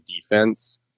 defense